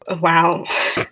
wow